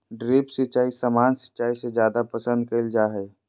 drip सिंचाई सामान्य सिंचाई से जादे पसंद कईल जा हई